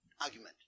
argument